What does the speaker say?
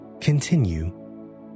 continue